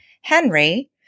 Henry